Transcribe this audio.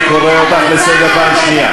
אני קורא אותך לסדר פעם שנייה.